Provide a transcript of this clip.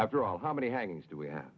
after all how many hangings do we have